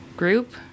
group